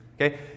Okay